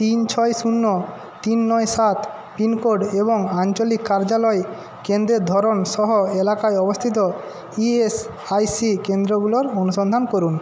তিন ছয় শূন্য তিন নয় সাত পিনকোড এবং আঞ্চলিক কার্যালয় কেন্দ্রের ধরনসহ এলাকায় অবস্থিত ইএসআইসি কেন্দ্রগুলোর অনুসন্ধান করুন